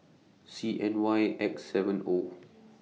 C N Y X seven O